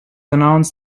announced